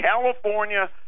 California